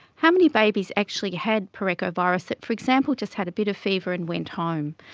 how many babies actually had parechovirus that, for example, just had a bit of fever and went home?